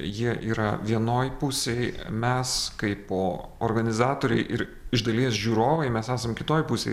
jie yra vienoj pusėj mes kaipo organizatoriai ir iš dalies žiūrovai mes esam kitoj pusėj